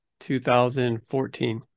2014